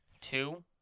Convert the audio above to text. two